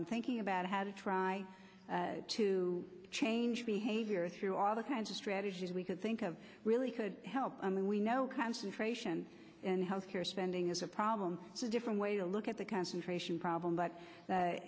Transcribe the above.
silent thinking about how to try to change behavior through all the kinds of strategies we could think of really could help and we know concentration in health care spending is a problem it's a different way to look at the concentration problem but